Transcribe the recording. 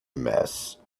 mess